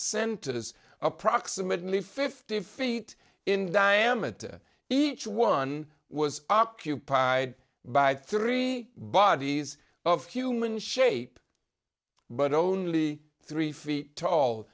centers approximately fifty feet in diameter each one was occupied by three bodies of human shape but only three feet tall